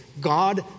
God